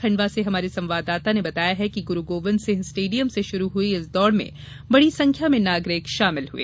खंडवा से हमारे संवाददाता ने बताया है कि ग़रू गोविंद सिंह स्टेडियम से शुरू हई इस दौड़ में बड़ी संख्या में नागरिक शामिल हए